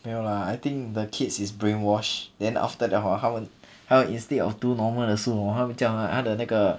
没有啦 I think the kids is brainwashed then after that hor 他们 instead of 读 normal 的书 hor 他会叫他的那个